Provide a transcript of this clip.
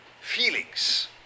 feelings